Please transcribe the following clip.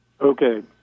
Okay